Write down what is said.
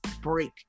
break